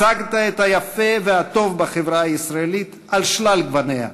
הצגת את היפה והטוב בחברה הישראלית על שלל גווניה.